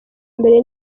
mbere